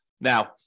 Now